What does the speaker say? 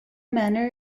manor